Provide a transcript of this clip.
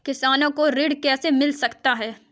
किसानों को ऋण कैसे मिल सकता है?